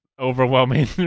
overwhelming